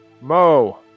Mo